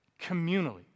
communally